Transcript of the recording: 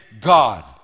God